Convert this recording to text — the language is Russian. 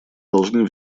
должны